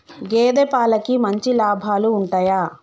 గేదే పాలకి మంచి లాభాలు ఉంటయా?